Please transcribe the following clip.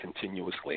continuously